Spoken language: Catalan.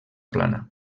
plana